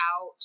out